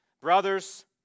Brothers